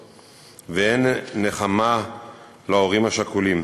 אין תחליף לאותן אבדות, ואין נחמה להורים השכולים.